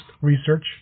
research